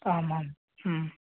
आम् आम्